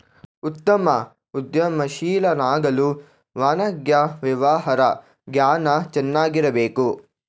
ಉತ್ತಮ ಉದ್ಯಮಶೀಲನಾಗಲು ವಾಣಿಜ್ಯ ವ್ಯವಹಾರ ಜ್ಞಾನ ಚೆನ್ನಾಗಿರಬೇಕು